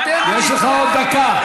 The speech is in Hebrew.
יש לך עוד דקה.